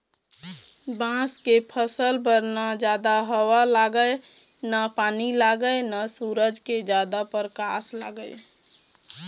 बांस के फसल बर न जादा हवा लागय न पानी लागय न सूरज के जादा परकास लागय